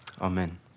Amen